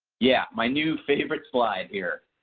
yeah my new favorite slide here.